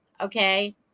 Okay